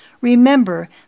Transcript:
Remember